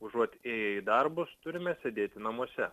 užuot ėję į darbus turime sėdėti namuose